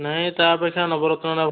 ନାଇ ତା ଅପେକ୍ଷା ନବରତ୍ନଟା